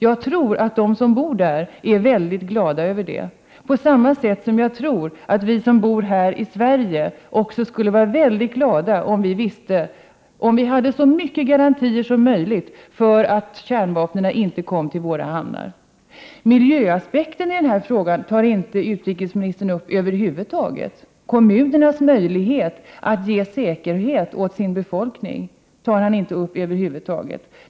Jag tror dock att de som bor där är mycket glada över det. På samma sätt tror jag att vi som bor här i Sverige skulle bli mycket glada om vi fick så mycket garantier som möjligt för att kärnvapenbestyckade fartyg inte kommer in i våra hamnar. Utrikesministern tar över huvud taget inte upp miljöaspekterna i den här frågan. Kommunernas möjligheter att ge säkerhet åt sin befolkning tar han inte heller upp över huvud taget.